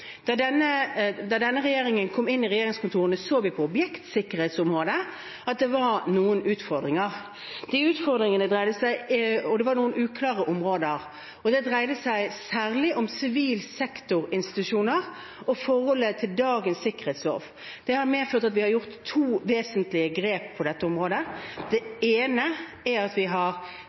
Da denne regjeringen kom inn i regjeringskontorene, så vi at det var noen utfordringer på objektsikkerhetsområdet, og det var noen uklare områder. Det dreide seg særlig om sivil sektor-institusjoner og forholdet til dagens sikkerhetslov. Det har medført at vi har gjort to vesentlige grep på dette området. Det ene er at